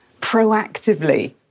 proactively